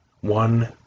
One